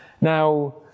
Now